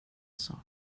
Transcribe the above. sak